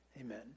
Amen